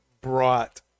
brought